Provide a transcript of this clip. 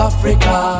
Africa